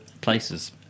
places